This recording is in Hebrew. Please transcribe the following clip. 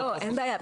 אין בעיה.